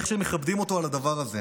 ואיך שמכבדים אותו על הדבר הזה.